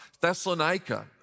Thessalonica